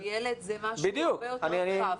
ילד זה משהו הרבה יותר רחב.